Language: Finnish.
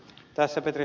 tässä ed